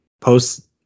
posts